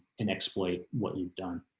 and exploit what you've done.